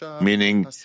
meaning